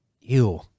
Ew